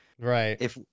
Right